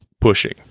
pushing